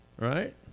right